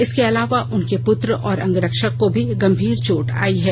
इसके अलावा उनके पुत्र और अंगरक्षक को भी गंभीर चोट आयी है